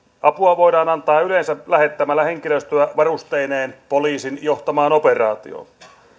apua voidaan antaa yleensä lähettämällä henkilöstöä varusteineen poliisin johtamaan operaatioon